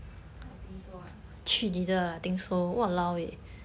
I think so ah